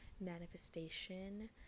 manifestation